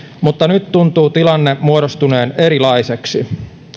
mutta nyt tuntuu tilanne muodostuneen erilaiseksi